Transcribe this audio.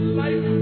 life